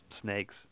snakes